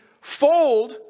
fold